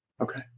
Okay